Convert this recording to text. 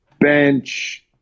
bench